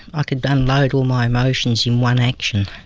i could download all my emotions in one action.